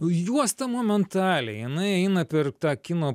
juosta momentaliai jinai eina per tą kino